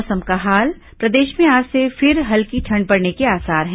मौसम प्रदेश में आज से फिर हल्की ठंड बढ़ने के आसार हैं